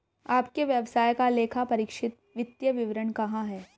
आपके व्यवसाय का लेखापरीक्षित वित्तीय विवरण कहाँ है?